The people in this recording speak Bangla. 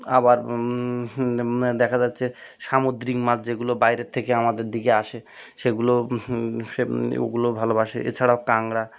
আবার দেখা যাচ্ছে সামুদ্রিক মাছ যেগুলো বাইরের থেকে আমাদের দিকে আসে সেগুলো সে ওগুলো ভালোবাসে এছাড়াও কাঁকড়া